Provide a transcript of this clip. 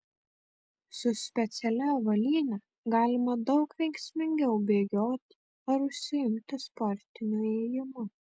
su specialia avalyne galima daug veiksmingiau bėgioti ar užsiimti sportiniu ėjimu